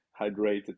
hydrated